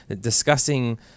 discussing